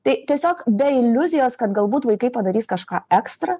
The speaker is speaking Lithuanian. tai tiesiog be iliuzijos kad galbūt vaikai padarys kažką ekstra